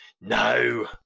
no